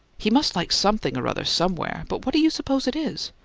he must like something or other somewhere, but what do you suppose it is?